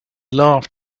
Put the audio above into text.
laughed